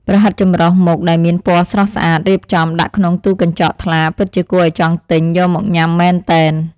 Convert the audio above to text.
ប្រហិតចម្រុះមុខដែលមានពណ៌ស្រស់ស្អាតរៀបចំដាក់ក្នុងទូកញ្ចក់ថ្លាពិតជាគួរឱ្យចង់ទិញយកមកញ៉ាំមែនទែន។